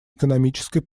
экономической